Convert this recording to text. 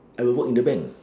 I will work in the bank